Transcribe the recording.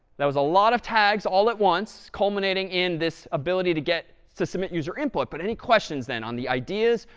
that was a lot of tags all at once culminating in this ability to get to submit user input. but any questions, then, on the ideas,